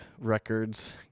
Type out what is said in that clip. records